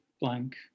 blank